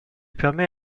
permet